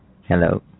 hello